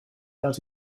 dels